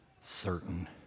certain